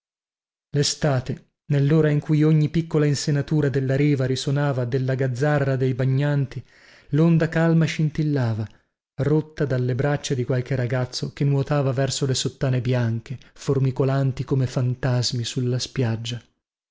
lestate nellora in cui ogni piccola insenatura della riva risonava della gazzarra dei bagnanti londa calma scintillava rotta dalle braccia di qualche ragazzo che nuotava verso le sottane bianche formicolanti come fantasmi sulla spiaggia